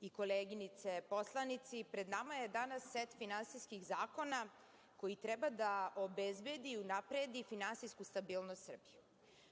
i koleginice poslanici, pred nama je danas set finansijskih zakona koji treba da obezbedi i unapredi finansijsku stabilnost Srbije.